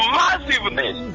massiveness